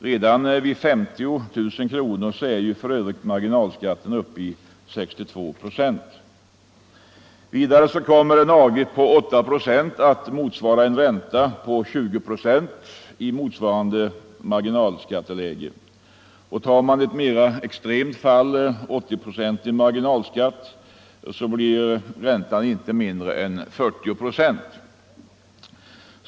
Redan vid 50 000 kronor är för övrigt marginalskatten uppe i 62 procent. Vidare kommer en avgift på 8 procent att motsvara en ränta på 20 procent i motsvarande marginalskatteläge. Tar man ett mera extremt fall med 80-procentig marginalskatt blir räntan inte mindre än 40 procent.